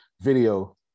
Video